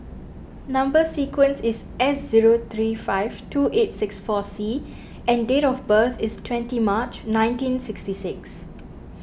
Number Sequence is S zero three five two eight six four C and date of birth is twenty March nineteen sixty six